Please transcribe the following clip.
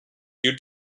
due